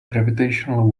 gravitational